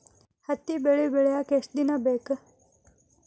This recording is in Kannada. ಹತ್ತಿ ಬೆಳಿ ಬೆಳಿಯಾಕ್ ಎಷ್ಟ ದಿನ ಬೇಕ್?